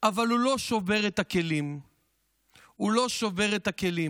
אבל הוא לא שובר את הכלים.